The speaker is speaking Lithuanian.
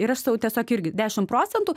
yra aš sau tiesiog irgi dešim procentų